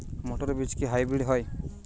মটর বীজ কি হাইব্রিড হয়?